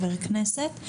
חבר כנסת,